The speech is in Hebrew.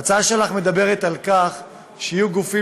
ההצעה שלך מדברת על כך שיהיו גופים